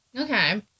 Okay